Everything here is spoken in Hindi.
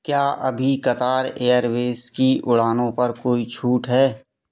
क्या अभी कतर एयरवेज़ की उड़ानों पर कोई छूट है